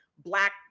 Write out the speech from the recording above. Black